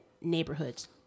neighborhoods